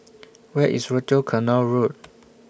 Where IS Rochor Canal Road